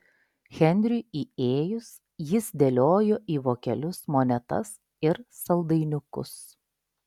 henriui įėjus jis dėliojo į vokelius monetas ir saldainiukus